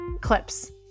clips